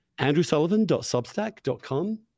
andrewsullivan.substack.com